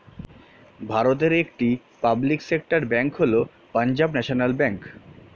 ভারতের একটি public sector bank হল পাঞ্জাব ন্যাশনাল ব্যাঙ্ক